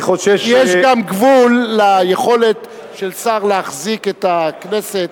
כי יש גם גבול ליכולת של שר להחזיק את הכנסת,